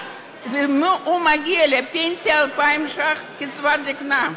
שהוא מגיע לפנסיה עם 2,000 ש"ח קצבת זיקנה,